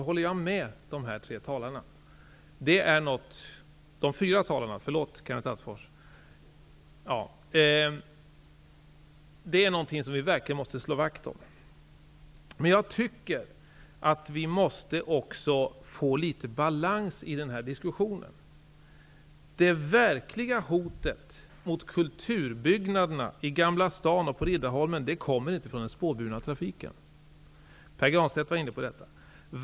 Kulturmiljön i Stockholm är någonting som vi verkligen måste slå vakt om. Men vi måste också få litet balans i diskussionen. Det verkliga hotet mot kulturbyggnaderna i Gamla stan och på Riddarholmen kommer inte från den spårburna trafiken -- Pär Granstedt var inne på detta.